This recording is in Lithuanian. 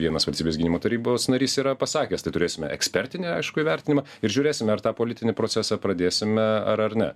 vienas valstybės gynimo tarybos narys yra pasakęs tai turėsime ekspertinį aišku įvertinimą ir žiūrėsime ar tą politinį procesą pradėsime ar ar ne